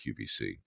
QVC